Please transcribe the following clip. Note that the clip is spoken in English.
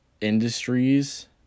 industries